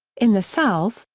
in the south,